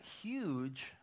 huge